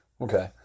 Okay